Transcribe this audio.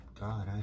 God